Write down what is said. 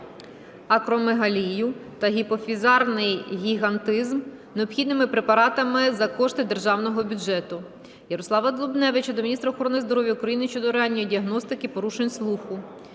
акромегалію та гіпофізарний гігантизм необхідними препаратами за кошти державного бюджету. Ярослава Дубневича до міністра охорони здоров'я України щодо ранньої діагностики порушень слуху.